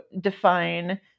define